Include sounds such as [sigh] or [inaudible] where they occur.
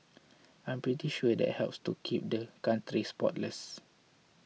[noise] I'm pretty sure that helps to keep the [unintelligible] spotless